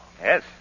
Yes